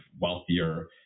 wealthier